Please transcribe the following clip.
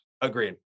Agreed